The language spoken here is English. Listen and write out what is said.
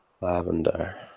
Lavender